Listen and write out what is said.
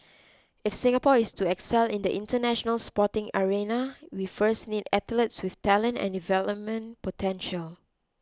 if Singapore is to excel in the International Sporting arena we first need athletes with talent and development potential